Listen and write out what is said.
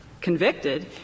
convicted